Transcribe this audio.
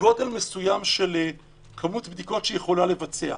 גודל מסוים, כמות בדיקות שהיא יכולה לבצע.